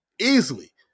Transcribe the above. Easily